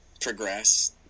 progress